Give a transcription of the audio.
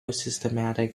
systematic